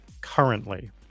currently